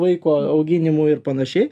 vaiko auginimu ir panašiai